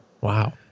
Wow